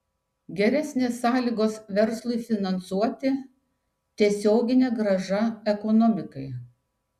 geresnės sąlygos verslui finansuoti tiesioginė grąža ekonomikai